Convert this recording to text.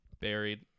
Buried